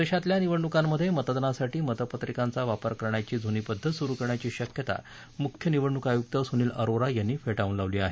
देशातल्या निवडणुकांमध्ये मतदानासाठी मतपत्रिकांचा वापर करण्याची जुनी पद्धत सुरू करण्याची शक्यता मुख्य निवडणुक आयुक्त सुनील अरोरा यांनी फेटाळून लावली आहे